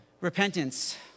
Repentance